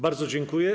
Bardzo dziękuję.